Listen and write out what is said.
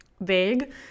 vague